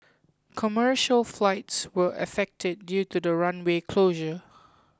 commercial flights were affected due to the runway closure